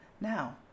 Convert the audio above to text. Now